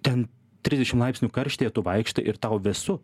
ten trisdešim laipsnių karštyje tu vaikštai ir tau vėsu